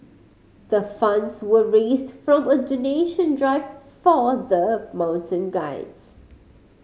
the funds were raised from a donation drive for the mountain guides